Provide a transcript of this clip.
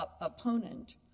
Opponent